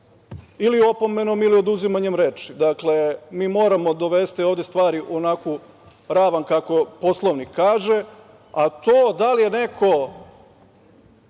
ili opomenom ili oduzimanjem reči. Dakle, mi moramo dovesti ovde stvari u onakvu ravan kako Poslovnik kaže, a to da li je neko